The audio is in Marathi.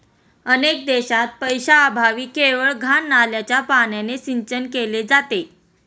अनेक देशांत पैशाअभावी केवळ घाण नाल्याच्या पाण्याने सिंचन केले जाते